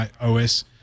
OS